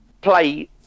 play